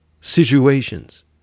situations